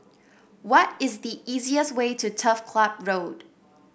what is the easiest way to Turf Club Road